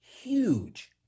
huge